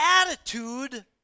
attitude